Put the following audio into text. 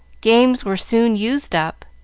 games were soon used up,